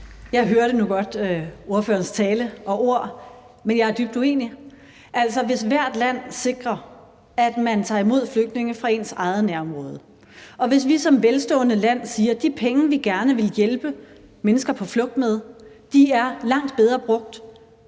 Jeg hørte godt ordførerens tale og ord, men jeg er dybt uenig. Altså, hvis hvert land sikrer, at man tager imod flygtninge fra sit eget nærområde, og hvis vi som velstående land siger, at de penge, vi gerne vil hjælpe mennesker på flugt med, er langt bedre brugt